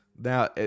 Now